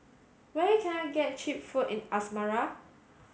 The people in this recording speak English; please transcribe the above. where can I get cheap food in Asmara